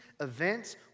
events